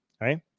right